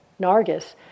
Nargis